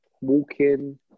walking